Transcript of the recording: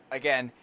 again